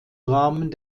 rahmen